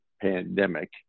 pandemic